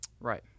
Right